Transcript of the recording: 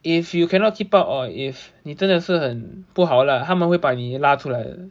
if you cannot keep up or if 你真的是很不好啦他们会把你拉出来